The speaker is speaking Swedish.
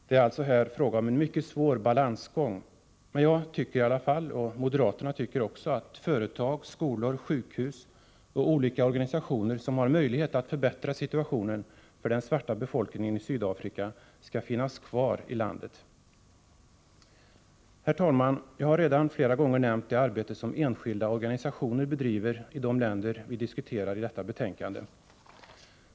Det är alltså här fråga om en mycket svår balansgång. Jag och moderaterna anser i alla fall att företag, skolor, sjukhus och olika organisationer, som har möjlighet att förbättra situationen för den svarta befolkningen i Sydafrika, skall finnas kvar i landet. Herr talman! Jag har redan flera gånger nämnt det arbete som enskilda organisationer bedriver i de länder som vi diskuterar i detta betänkande.